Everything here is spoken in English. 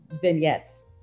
vignettes